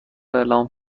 اعلام